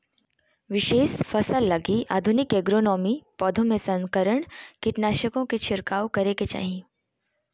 विशेष फसल लगी आधुनिक एग्रोनोमी, पौधों में संकरण, कीटनाशकों के छिरकाव करेके चाही